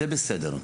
זה בסדר.